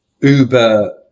uber